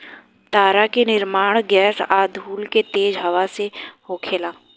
तारा के निर्माण गैस आ धूल के तेज हवा से होखेला